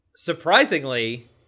Surprisingly